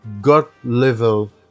God-level